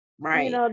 right